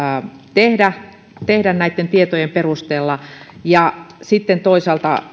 tehdä tehdä näitten tietojen perusteella sitten toisaalta